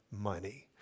money